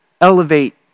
elevate